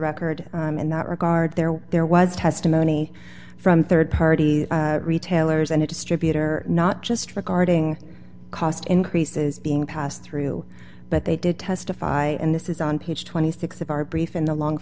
record in that regard there there was testimony from rd party retailers and a distributor not just regarding cost increases being passed through but they did testify and this is on page twenty six dollars of our brief in the long